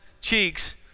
cheeks